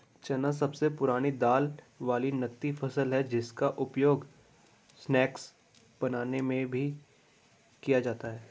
चना सबसे पुरानी दाल वाली नगदी फसल है जिसका उपयोग स्नैक्स बनाने में भी किया जाता है